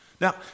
Now